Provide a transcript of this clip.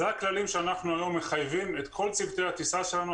זה הכללים שאנחנו היום מחייבים את כל צוותי הטיסה שלנו,